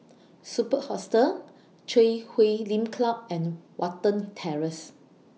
Superb Hostel Chui Huay Lim Club and Watten Terrace